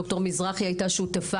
דר' מזרחי הייתה שותפה